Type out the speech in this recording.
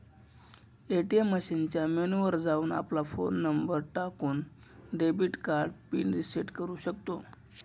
ATM मशीनच्या menu वर जाऊन, आपला फोन नंबर टाकून, डेबिट कार्ड पिन रिसेट करू शकतो